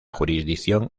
jurisdicción